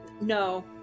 no